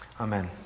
amen